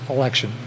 election